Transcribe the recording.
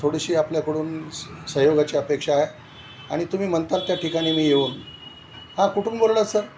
थोडीशी आपल्याकडून सहयोगाची अपेक्षा आहे आणि तुम्ही म्हणतात त्या ठिकाणी मी येऊन हा कुठून बोलला सर